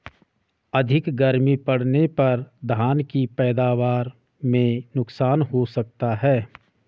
अधिक गर्मी पड़ने पर धान की पैदावार में नुकसान हो सकता है क्या?